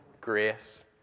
grace